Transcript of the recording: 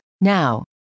Now